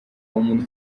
umuntu